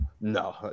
No